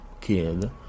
kid